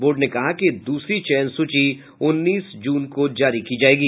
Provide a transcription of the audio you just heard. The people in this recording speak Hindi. बोर्ड ने कहा है कि दूसरी चयन सूची उन्नीस जून को जारी की जायेगी